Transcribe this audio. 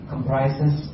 Comprises